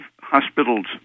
hospitals